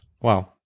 Wow